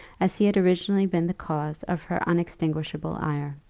as he had originally been the cause of her unextinguishable ire.